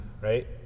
Right